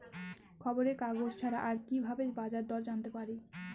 খবরের কাগজ ছাড়া আর কি ভাবে বাজার দর জানতে পারি?